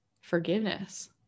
forgiveness